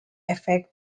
effect